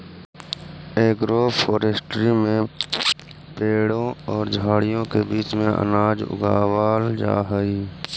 agroforestry में पेड़ों और झाड़ियों के बीच में अनाज उगावाल जा हई